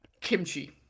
kimchi